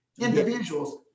individuals